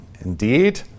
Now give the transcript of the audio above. indeed